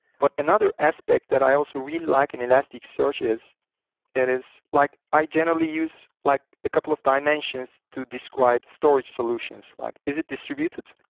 but another aspect that i also really like in elasticsearch is it is like i generally use like a couple of dimensions to describe storage solutions. like is it distributed?